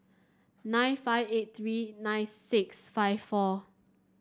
nine five eight three nine six five four